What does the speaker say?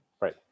Right